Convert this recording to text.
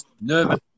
nervous